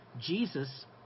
Jesus